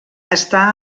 està